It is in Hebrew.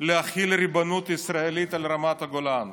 להחיל ריבונות ישראלית על רמת הגולן.